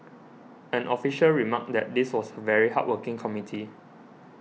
an official remarked that this was a very hardworking committee